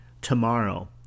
tomorrow